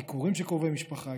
ביקורים של קרובי משפחה,